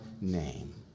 name